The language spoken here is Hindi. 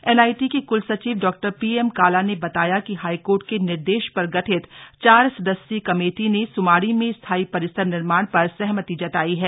एनआईटी के कुलसचिव डा पीएम काला ने बताया कि हाईकोर्ट के निर्देश पर गठित चार सदस्यीय कमेटी ने सुमाड़ी में स्थायी परिसर निर्माण पर सहमति जताई है